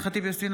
אינה נוכחת ניסים